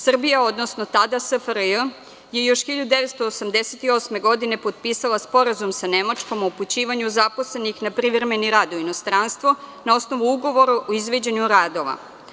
Srbija, odnosno tada SFRJ je još 1988. godine potpisala Sporazum sa Nemačkom o upućivanju zaposlenih na privremeni rad u inostranstvo na osnovu ugovora o izvođenju radova.